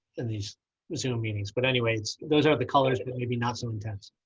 and these zoom meetings. but anyways, those are the colors, but maybe not so intense.